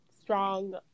strong